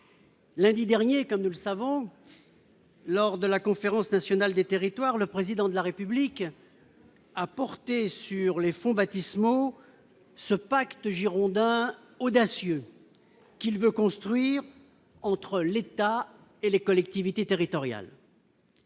Lundi dernier, comme nous le savons, lors de la conférence nationale des territoires, le président de la République. à porté sur les fonts baptismaux ce pacte Girondins audacieux qu'il veut construire entre l'État et les collectivités territoriales.